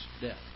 death